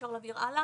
בשקף הבא,